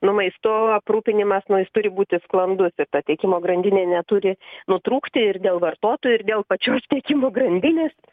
nu maistu aprūpinimas nu jis turi būti sklandus ir ta tiekimo grandinė neturi nutrūkti ir dėl vartotojų ir dėl pačios tiekimo grandinės